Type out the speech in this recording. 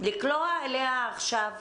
לקלוע אליה עכשיו,